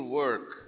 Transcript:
work